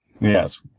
Yes